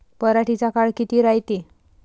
पराटीचा काळ किती रायते?